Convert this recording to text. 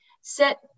set